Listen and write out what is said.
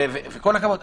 וכל הכבוד.